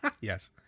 Yes